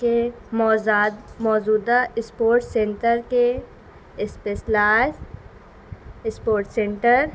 کے موزاد موجودہ اسپورٹس سینٹر کے اسپیسلاس اسپورٹس سینٹر